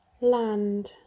Land